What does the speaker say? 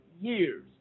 years